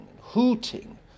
hooting